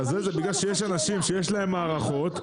אלא בגלל שיש אנשים שיש להם מערכות.